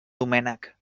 doménec